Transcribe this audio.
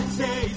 say